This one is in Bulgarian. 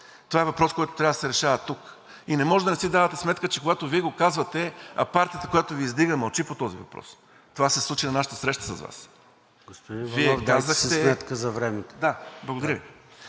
Това е въпрос, който трябва да се решава тук. И не може да не си давате сметка, че когато Вие го казвате, а партията, която Ви издига, мълчи по този въпрос – това се случи на нашата среща с Вас. ПРЕДСЕДАТЕЛ ЙОРДАН ЦОНЕВ: